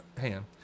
hand